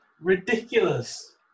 ridiculous